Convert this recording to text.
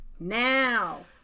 now